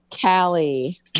Callie